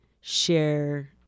share